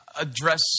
address